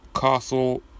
Castle